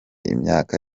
imyaka